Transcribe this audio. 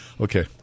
Okay